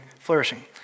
flourishing